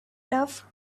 love